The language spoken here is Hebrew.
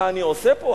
מה אני עושה פה?